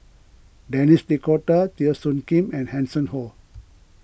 Denis D'Cotta Teo Soon Kim and Hanson Ho